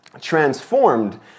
transformed